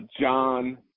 John